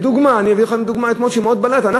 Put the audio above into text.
אני אביא לכם דוגמה שאתמול בלטה מאוד: